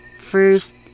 first